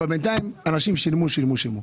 אבל בינתיים אנשים שילמו ושילמו.